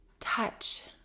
Touch